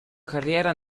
carriera